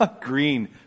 green